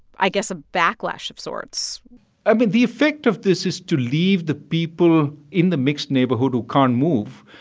i guess, a backlash of sorts i mean, the effect of this is to leave the people in the mixed neighborhood who can't move,